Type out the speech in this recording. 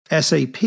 SAP